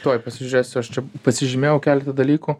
tuoj pasižiūrėsiu aš čia pasižymėjau keletą dalykų